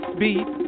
beat